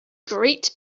great